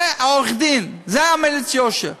זה העורך-דין, זה מליץ היושר.